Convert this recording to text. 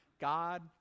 God